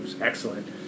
Excellent